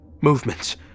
movements